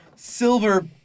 ...silver